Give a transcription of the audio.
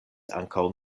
ankaŭ